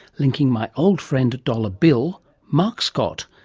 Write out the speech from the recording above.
linking my old friend dollar bill, mark scott,